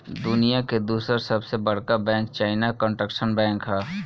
दुनिया के दूसर सबसे बड़का बैंक चाइना कंस्ट्रक्शन बैंक ह